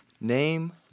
name